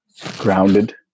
grounded